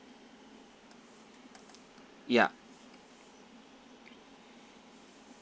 yup